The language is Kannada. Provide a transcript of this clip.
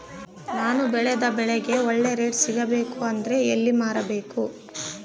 ನಾನು ಬೆಳೆದ ಬೆಳೆಗೆ ಒಳ್ಳೆ ರೇಟ್ ಸಿಗಬೇಕು ಅಂದ್ರೆ ಎಲ್ಲಿ ಮಾರಬೇಕು?